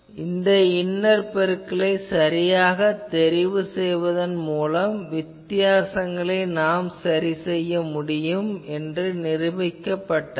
ஆனால் இந்த இன்னர் பெருக்கலை சரியாகத் தெரிவு செய்வதன் மூலம் வித்தியாசங்களை சரி செய்ய முடியும் என்று நிருபிக்கப்பட்டது